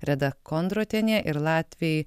reda kondrotienė ir latviai